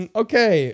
okay